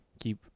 keep